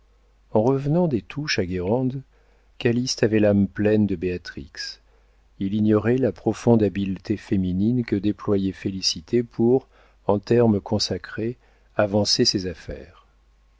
en revenant des touches à guérande calyste avait l'âme pleine de béatrix il ignorait la profonde habileté féminine que déployait félicité pour en termes consacrés avancer ses affaires